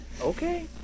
Okay